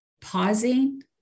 pausing